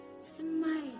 smile